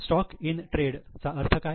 stock in trade चा अर्थ काय